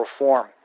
reform